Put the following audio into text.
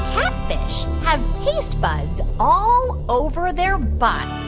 catfish have taste buds all over their bodies?